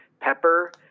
Pepper